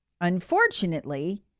unfortunately